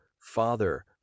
father